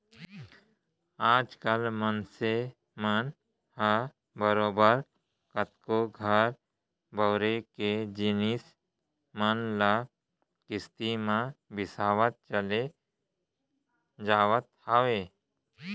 आज कल मनसे मन ह बरोबर कतको घर बउरे के जिनिस मन ल किस्ती म बिसावत चले जावत हवय